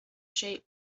shape